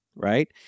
Right